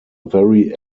very